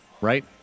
right